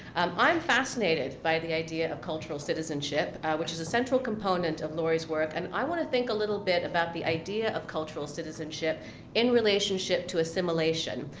i'm fascinated by the idea of cultural citizenship, which is a central component of lori's work, and i wanna think a little bit about the idea of cultural citizenship in relationship to assimilation,